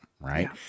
right